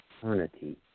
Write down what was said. eternity